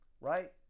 right